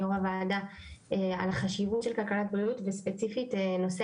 יושבת ראש הוועדה על החשיבות של כלכלת בריאות וספציפית לנושא